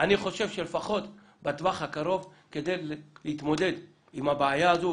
חושב שלפחות בטווח הקרוב כדי להתמודד עם הבעיה הזו,